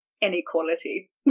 inequality